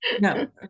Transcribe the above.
No